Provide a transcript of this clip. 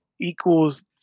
equals